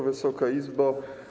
Wysoka Izbo!